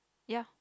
ya